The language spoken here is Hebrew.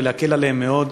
ולהקל עליהם מאוד.